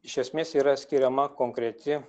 iš esmės yra skiriama konkreti